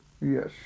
Yes